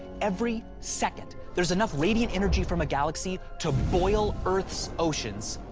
every second, there's enough radiant energy from a galaxy to boil earth's oceans.